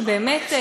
שבאמת,